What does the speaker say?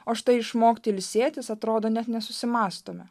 o štai išmokti ilsėtis atrodo net nesusimąstome